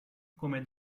come